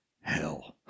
hell